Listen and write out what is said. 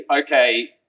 okay